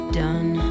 done